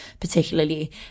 particularly